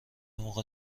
موقع